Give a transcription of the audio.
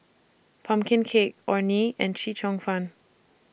Pumpkin Cake Orh Nee and Chee Cheong Fun